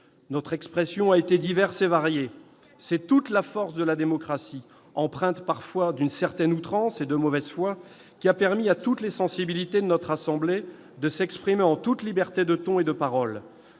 Notre expression a été diverse et variée. C'est toute la force de la démocratie, empreinte parfois d'outrance et de mauvaise foi, qui a permis à toutes les sensibilités de s'exprimer en toute liberté de ton et de parole.